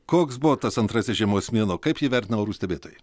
koks buvo tas antrasis žiemos mėnuo kaip ji vertina orų stebėtojai